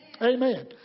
Amen